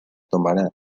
tomará